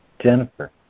Jennifer